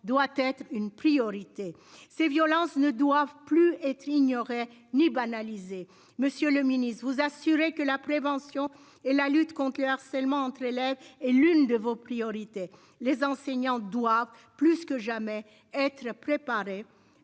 doit être une priorité, ces violences ne doivent plus être ignoré, ni banaliser, Monsieur le Ministre vous assurer que la prévention et la lutte contre le harcèlement entre élèves et l'une de vos priorités. Les enseignants doivent plus que jamais être préparées